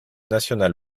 nationale